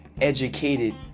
educated